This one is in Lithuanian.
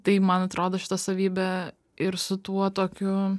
tai man atrodo šita savybė ir su tuo tokiu